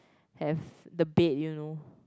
have the bed you know